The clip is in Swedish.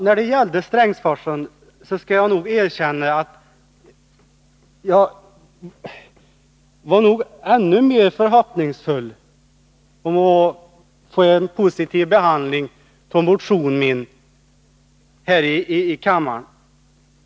När det gäller Strängsforsen måste jag nog erkänna att jag hyste stora förhoppningar om att min motion skulle få en positiv behandling av riksdagen.